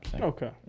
okay